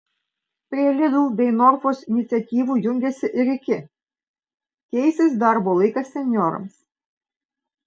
prie lidl bei norfos iniciatyvų jungiasi ir iki keisis darbo laikas senjorams